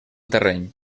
terreny